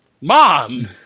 Mom